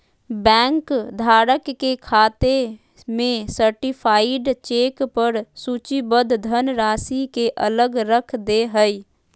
bank धारक के खाते में सर्टीफाइड चेक पर सूचीबद्ध धनराशि के अलग रख दे हइ